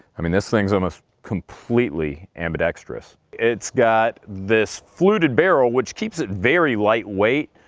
i mean this thing's almost completely ambidextrous. it's got this fluted barrel, which keeps it very lightweight.